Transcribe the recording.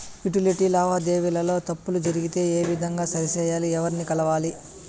Utility లావాదేవీల లో తప్పులు జరిగితే ఏ విధంగా సరిచెయ్యాలి? ఎవర్ని కలవాలి?